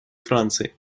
франции